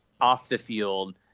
off-the-field